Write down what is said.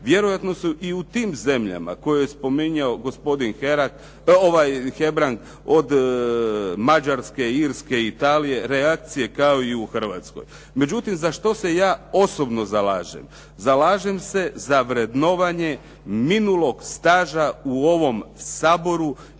Vjerojatno su i u tim zemljama koje je spominjao gospodin Hebrang, od Mađarske, Irske, Italije, reakcije kao i u Hrvatskoj. Međutim, za što se ja osobno zalažem? Zalažem se za vrednovanje minulog staža u ovom Saboru